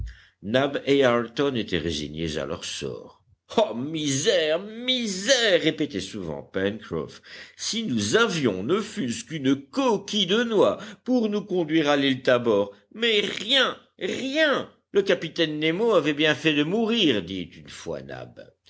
ayrton étaient résignés à leur sort ah misère misère répétait souvent pencroff si nous avions ne fût-ce qu'une coquille de noix pour nous conduire à l'île tabor mais rien rien le capitaine nemo a bien fait de mourir dit une fois nab